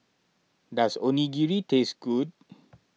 does Onigiri taste good